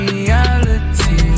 Reality